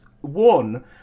One